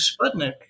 Sputnik